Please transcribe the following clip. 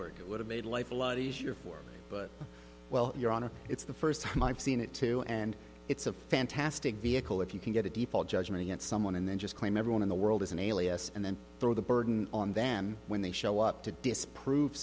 work it would have made life a lot easier for but well you're on a it's the first time i've seen it too and it's a fantastic vehicle if you can get a default judgment against someone and then just claim everyone in the world is an alias and then throw the burden on them when they show up to disprove